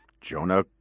Jonah